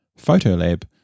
Photolab